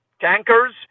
tankers